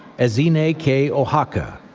ezinne k. ohaka.